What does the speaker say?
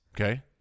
Okay